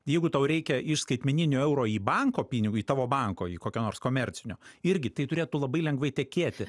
jeigu tau reikia iš skaitmeninio euro į banko pinigu į tavo banko į kokio nors komercinio irgi tai turėtų labai lengvai tekėti